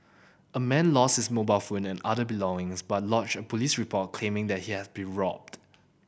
a man lost his mobile phone and other belongings but lodged a police report claiming he had been robbed